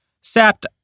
sapped